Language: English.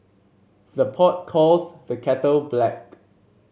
the pot calls the kettle black